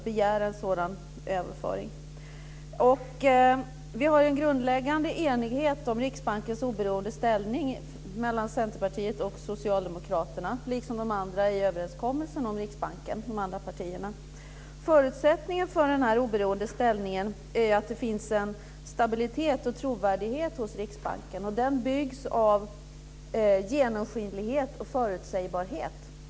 Det råder en grundläggande enighet om Riksbankens oberoende ställning mellan Förutsättningen för den här oberoende ställningen är ju att det finns en stabilitet och trovärdighet hos Riksbanken. Den bygger på genomskinlighet och förutsägbarhet.